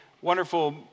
Wonderful